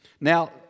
Now